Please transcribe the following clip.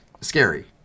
scary